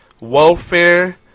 welfare